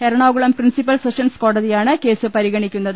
Ernakulam principal sessions കോട തി യാണ് കേ സ് പരിഗണിക്കുന്നത്